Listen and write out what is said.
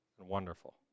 Wonderful